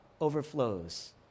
overflows